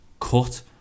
cut